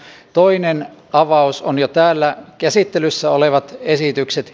toinen avaus on jo täällä käsittelyssä olevat esitykset